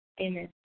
Amen